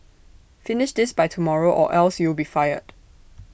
finish this by tomorrow or else you'll be fired